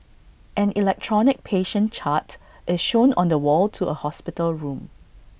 an electronic patient chart is shown on the wall to A hospital room